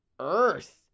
earth